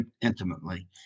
intimately